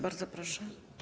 Bardzo proszę.